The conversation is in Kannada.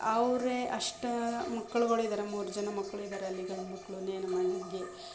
ಅವರೇ ಅಷ್ಟು ಮಕ್ಕಳುಗಳು ಇದ್ದಾರೆ ಮೂರು ಜನ ಮಕ್ಕಳು ಇದ್ದಾರೆ ಅಲ್ಲಿ ಗಂಡು ಮಕ್ಕಳು ಅಂದರೆ ನಮ್ಮ ಅಣ್ಣಂಗೆ